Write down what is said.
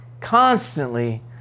constantly